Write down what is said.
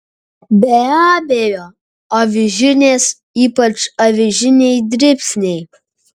be abejo avižinės ypač avižiniai dribsniai